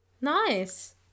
Nice